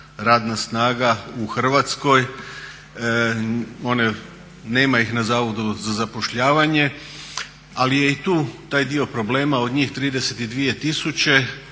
radna snaga u Hrvatskoj. Nema ih na zavodu za zapošljavanje. Ali je i tu taj dio problema od njih 32 tisuće